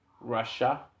Russia